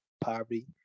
poverty